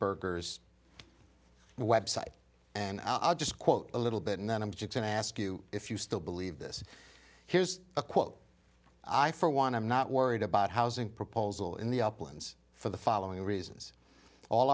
burghers the website and i'll just quote a little bit and then i'm just going to ask you if you still believe this here's a quote i for one am not worried about housing proposal in the uplands for the following reasons all